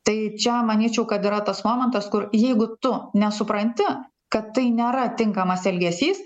tai čia manyčiau kad yra tas momentas kur jeigu tu nesupranti kad tai nėra tinkamas elgesys